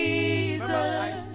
Jesus